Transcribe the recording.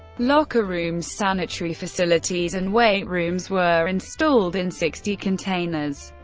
locker rooms, sanitary facilities and weight rooms were installed in sixty containers,